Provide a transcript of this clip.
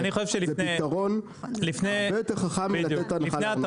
זה פתרון הרבה יותר חכם מלתת הנחה לארנונה.